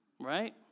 Right